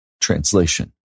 translation